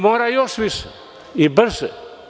Mora još više i brže.